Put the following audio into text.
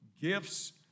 gifts